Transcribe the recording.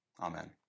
Amen